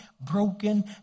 broken